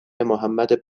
محمد